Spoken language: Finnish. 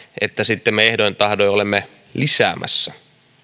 että sitten me ehdoin tahdoin olemme lisäämässä